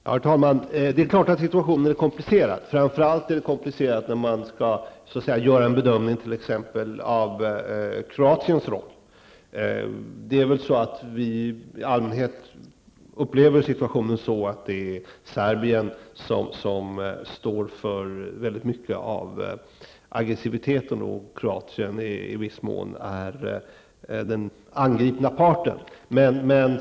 Herr talman! Det är klart att situationen är komplicerad. Framför allt är det komplicerat när man skall göra en bedömning av Kroatiens roll. Vi upplever väl i allmänhet situationen så att det är Serbien som står för mycket av aggressiviteten och Kroatien är i viss mån den angripna parten.